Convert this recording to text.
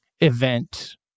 event